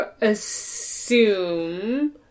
assume